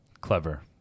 Clever